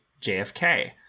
JFK